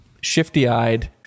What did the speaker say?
shifty-eyed